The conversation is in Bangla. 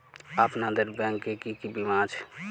আপনাদের ব্যাংক এ কি কি বীমা আছে?